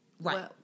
Right